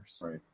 Right